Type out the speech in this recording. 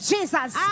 Jesus